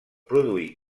produir